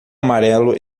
amarelo